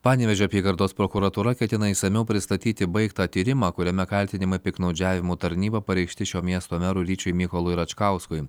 panevėžio apygardos prokuratūra ketina išsamiau pristatyti baigtą tyrimą kuriame kaltinimai piktnaudžiavimu tarnyba pareikšti šio miesto merui ryčiui mykolui račkauskui